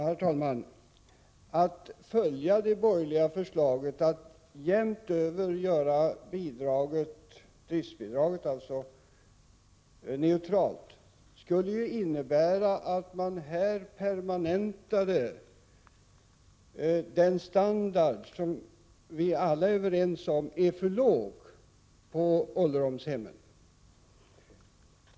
Herr talman! Skulle vi följa det borgerliga förslaget att jämnt över göra driftsbidraget neutralt, skulle det innebära att vi här permanentade den standard på ålderdomshemmen som vi alla är överens om är för låg.